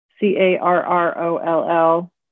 C-A-R-R-O-L-L